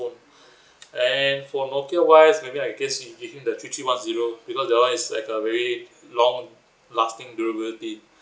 and for nokia wise maybe I guess I will give him the three three one zero because that [one] is like a very long lasting durability